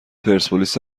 پرسپولیس